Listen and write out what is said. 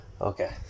Okay